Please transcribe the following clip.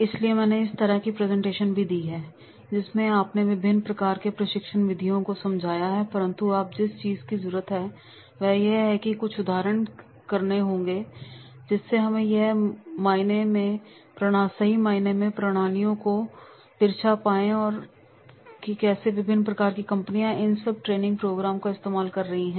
इसलिए मैंने इस तरह की प्रेजेंटेशन भी दी है जिसमें अपने विभिन्न प्रकार के प्रशिक्षण विधियों को समझाया है परंतु अब जिस चीज की जरूरत है वह यह है कि हमें कुछ उदाहरण करने होंगे जिससे हम सही मायने में प्रणालियों को तिरछा पाएं कि कैसे विभिन्न प्रकार की कंपनियां इन सब ट्रेनिंग प्रोग्राम का इस्तेमाल कर रही हैं